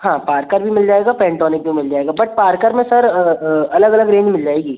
हाँ पार्कर भी मिल जाएगा पेन्टोनिक भी मिल जाएगा बट पार्कर में सर अलग अलग रेंज मिल जाएगी